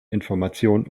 information